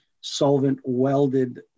solvent-welded